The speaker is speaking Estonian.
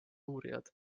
uurijad